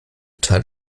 teil